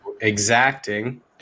exacting